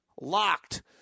locked